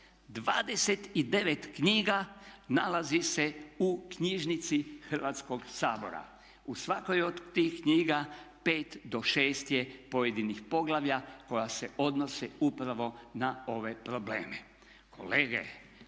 29 knjiga nalazi se u knjižnici Hrvatskog sabora. U svakoj od tih knjiga 5 do 6 je pojedinih poglavlja koja se odnose upravo na ove probleme.